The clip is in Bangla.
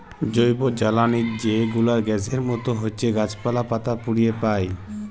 জৈবজ্বালালি যে গুলা গ্যাসের মত হছ্যে গাছপালা, পাতা পুড়িয়ে পায়